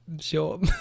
sure